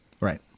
Right